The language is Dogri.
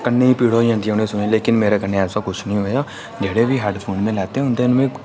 कन्ने गी पीड़ां होई जंदियां न पर मेरे कन्नै ऐसा किश निं होएआ जेह्ड़े बी में हैडफोन लैते उं'दे कन्नै मिगी